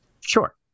Sure